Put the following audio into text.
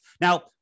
Now